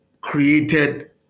created